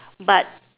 but